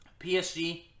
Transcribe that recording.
PSG